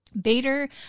Bader